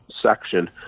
section